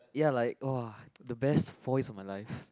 ya like [wah] the four years of my life